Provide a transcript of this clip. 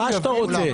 מה שאתה רוצה.